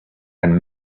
and